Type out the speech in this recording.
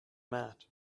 mat